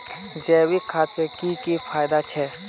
जैविक खाद से की की फायदा छे?